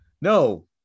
no